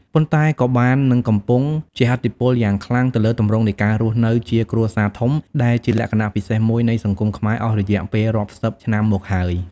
ប៉ុន្តែក៏បាននិងកំពុងជះឥទ្ធិពលយ៉ាងខ្លាំងទៅលើទម្រង់នៃការរស់នៅជាគ្រួសារធំ ដែលជាលក្ខណៈពិសេសមួយនៃសង្គមខ្មែរអស់រយៈពេលរាប់សិបឆ្នាំមកហើយ។